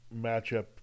matchup